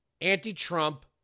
anti-Trump